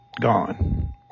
gone